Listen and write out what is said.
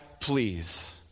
please